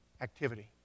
activity